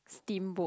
steamboat